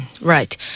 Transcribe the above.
Right